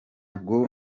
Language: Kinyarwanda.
bwo